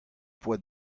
poa